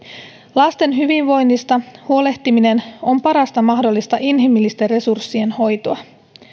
lasten hyvinvoinnista huolehtiminen on parasta mahdollista inhimillistä resurssien hoitoa